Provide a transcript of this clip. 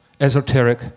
esoteric